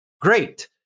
great